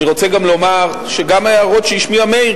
אני רוצה לומר שגם ההערות שהשמיע מאיר,